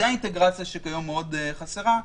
זו האינטגרציה שהיום חסרה מאוד.